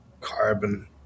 carbon